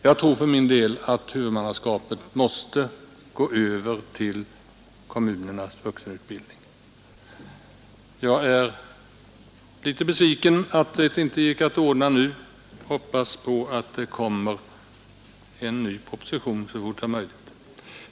Jag tror för min del att huvudmannaskapet måste övergå till kommunernas vuxenutbildning, och jag är besviken över att det inte gick att lösa den frågan nu. Jag hoppas att det kommer en ny proposition så fort som möjligt.